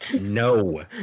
No